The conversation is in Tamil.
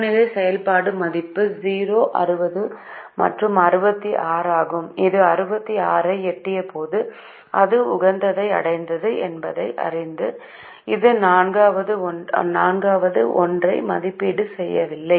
புறநிலை செயல்பாடு மதிப்பு 0 60 மற்றும் 66 ஆகும் இது 66 ஐ எட்டியபோது அது உகந்ததை அடைந்தது என்பதை அறிந்து இது நான்காவது ஒன்றை மதிப்பீடு செய்யவில்லை